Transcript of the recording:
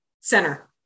Center